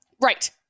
Right